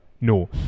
No